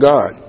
God